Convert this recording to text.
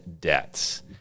debts